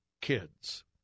kids